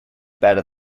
better